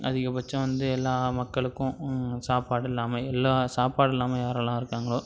அதிகப்பட்சம் வந்து எல்லா மக்களுக்கும் சாப்பாடு இல்லாமல் எல்லா சாப்பாடு இல்லாமல் யாரெல்லாம் இருக்காங்களோ